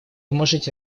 можете